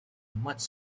much